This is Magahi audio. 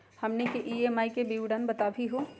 हमनी के ई.एम.आई के विवरण बताही हो?